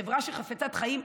חברה שחפצת חיים,